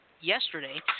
yesterday